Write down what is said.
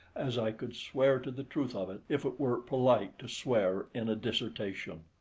as i could swear to the truth of it, if it were polite to swear in a dissertation.